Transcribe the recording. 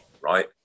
right